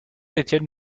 étienne